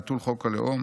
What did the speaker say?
ביטול חוק הלאום